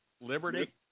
Liberty